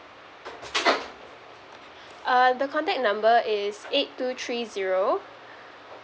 uh the contact number is eight two three zero